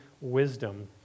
wisdom